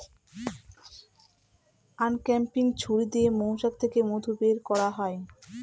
uncapping ছুরি দিয়ে মৌচাক থেকে মধু বের করা হয়